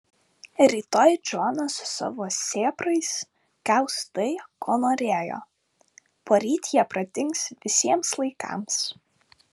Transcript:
rytoj džonas su savo sėbrais gaus tai ko norėjo poryt jie pradings visiems laikams